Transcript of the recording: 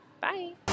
Bye